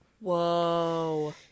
Whoa